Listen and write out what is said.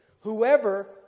Whoever